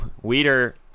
weeder